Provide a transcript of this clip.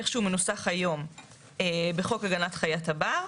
איך שהוא מנוסח היום בחוק הגנת חיית הבר,